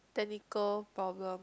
technical problem